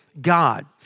God